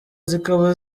zikaba